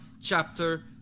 chapter